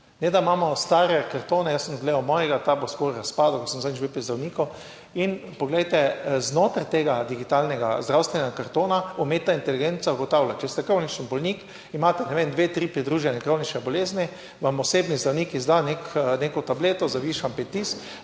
ne da imamo stare kartone. Jaz sem gledal mojega, ta bo skoraj razpadel, ko sem zadnjič bil pri zdravniku. In poglejte, znotraj tega digitalnega zdravstvenega kartona umetna inteligenca ugotavlja, če ste kronični bolnik, imate, ne vem, dve, tri pridružene kronične bolezni, vam osebni zdravnik izda neko tableto za zvišan pritisk,